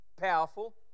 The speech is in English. Powerful